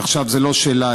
עכשיו זו לא שאלה,